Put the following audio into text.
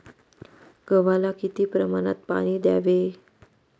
गव्हाला किती प्रमाणात पाणी द्यावे?